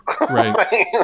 Right